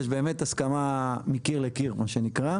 יש באמת הסכמה מקיר לקיר, מה שנקרא.